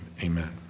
amen